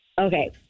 Okay